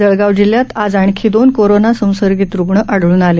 जळगाव जिल्ह्यात आज आणखी दोन कोरोना संसर्गित रुग्ण आढळन आले